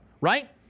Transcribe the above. right